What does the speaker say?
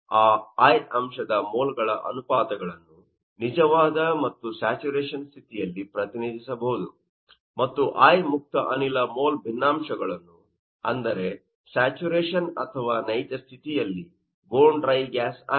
ಆ iʼ ಅಂಶದ ಮೋಲ್ಗಳ ಅನುಪಾತಗಳನ್ನು ನಿಜವಾದ ಮತ್ತು ಸ್ಯಾಚುರೇಶನ್ ಸ್ಥಿತಿಯಲ್ಲಿ ಪ್ರತಿನಿಧಿಸಬಹುದು ಮತ್ತು i ಮುಕ್ತ ಅನಿಲ ಮೋಲ್ ಭಿನ್ನಾಂಶಗಳನ್ನು ಅಂದರೇ ಸ್ಯಾಚುರೇಶನ್ ಅಥವಾ ನೈಜ ಸ್ಥಿತಿಯಲ್ಲಿ ಬೋನ್ ಡ್ರೈ ಗ್ಯಾಸ್ ಆಗಿದೆ